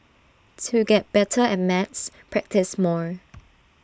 to get better at maths practise more